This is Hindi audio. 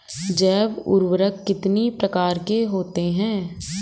जैव उर्वरक कितनी प्रकार के होते हैं?